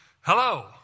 hello